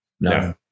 No